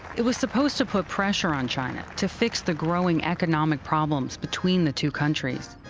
it was supposed to put pressure on china to fix the growing economic problems between the two countries.